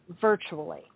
virtually